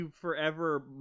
forever